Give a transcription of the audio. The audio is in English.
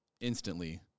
instantly